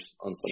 on